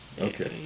Okay